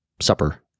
supper